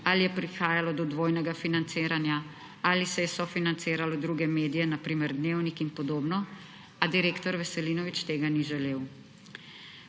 ali je prihajalo do dvojnega financiranja ali se je sofinanciralo druge medije, na primer dnevnik in podobno, a direktor Veselinovič tega ni želel.